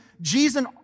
Jesus